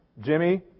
Jimmy